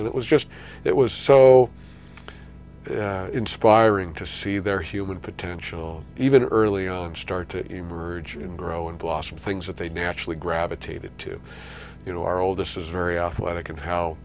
and it was just it was so inspiring to see their human potential even early on start to emerge and grow and blossom things that they naturally gravitated to you know our oldest is very athletic and how